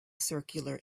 circular